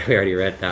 ah already read that.